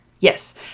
Yes